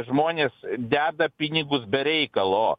žmonės deda pinigus be reikalo